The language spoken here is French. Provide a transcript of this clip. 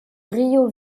río